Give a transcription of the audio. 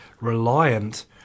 reliant